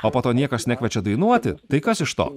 o po to niekas nekviečia dainuoti tai kas iš to